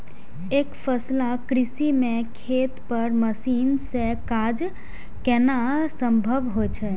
एकफसला कृषि मे खेत पर मशीन सं काज केनाय संभव होइ छै